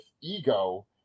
Ego